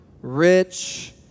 rich